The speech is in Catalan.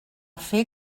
fer